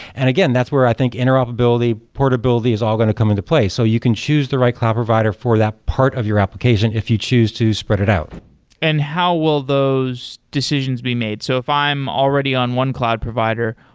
and again, that's where i think interoperability, portability is all going to come into play. so you can choose the right cloud provider for that part of your application, if you choose to spread it out and how will those decisions be made? so if i'm already on one cloud provider,